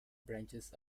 branches